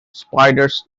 spiders